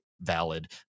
valid